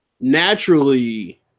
naturally